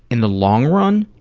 in the long run,